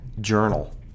journal